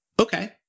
Okay